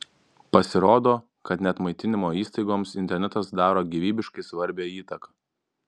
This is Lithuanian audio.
pasirodo kad net maitinimo įstaigoms internetas daro gyvybiškai svarbią įtaką